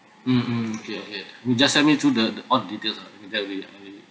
mm mm okay okay you just email through the all the details ah I can tell you I